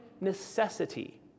necessity